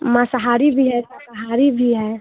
माँसाहारी भी है शाकाहारी भी है